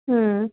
ਹਮ